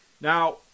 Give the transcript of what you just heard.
Now